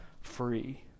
free